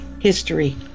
history